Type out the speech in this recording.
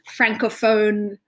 francophone